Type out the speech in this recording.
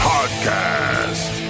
Podcast